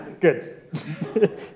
Good